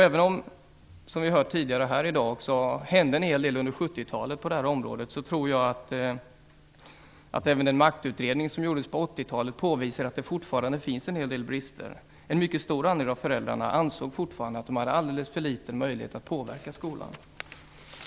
Även om det, som vi har hört tidigare i dag, hände en hel del under 70-talet på det här området, tror jag att den maktutredning som gjordes på 80-talet påvisade att det fortfarande finns en hel del brister. En mycket stor del av föräldrarna ansåg fortfarande att de hade alldeles för liten möjlighet att påverka skolan.